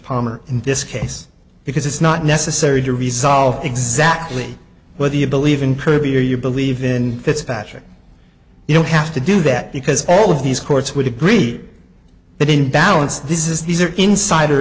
palmer in this case because it's not necessary to resolve exactly whether you believe in kirby or you believe in fitzpatrick you don't have to do that because all of these courts would agree that in balance this is these are insider